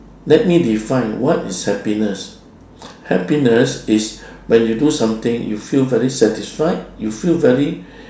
let me define what is happiness happiness is when you do something you feel very satisfied you feel very